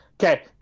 Okay